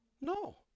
No